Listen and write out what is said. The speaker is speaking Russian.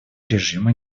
режима